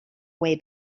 way